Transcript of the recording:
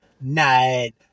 night